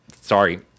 sorry –